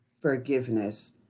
forgiveness